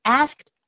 asked